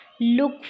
Look